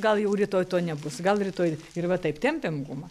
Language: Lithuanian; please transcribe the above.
gal jau rytoj to nebus gal rytoj ir va taip tempiam gumą